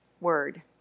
word